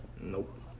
Nope